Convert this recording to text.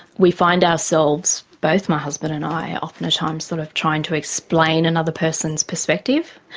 we find ourselves, both my husband and i, oftentimes um sort of trying to explain another person's perspective.